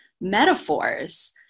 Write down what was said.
metaphors